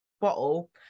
bottle